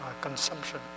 consumption